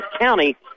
County